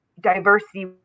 diversity